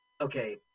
Okay